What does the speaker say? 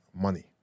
money